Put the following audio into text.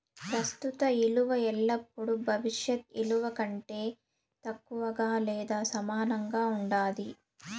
ప్రస్తుత ఇలువ ఎల్లపుడూ భవిష్యత్ ఇలువ కంటే తక్కువగా లేదా సమానంగా ఉండాది